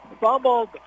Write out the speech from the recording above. fumbled